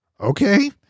Okay